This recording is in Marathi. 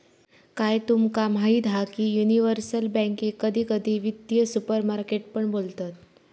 काय तुमका माहीत हा की युनिवर्सल बॅन्केक कधी कधी वित्तीय सुपरमार्केट पण बोलतत